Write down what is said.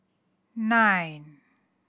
nine